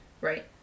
right